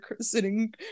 sitting